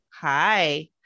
Hi